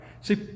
See